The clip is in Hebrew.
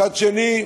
מצד שני,